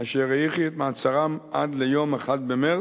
אשר האריך את מעצרם עד ליום 1 במרס,